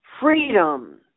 freedom